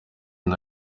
gen